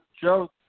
joe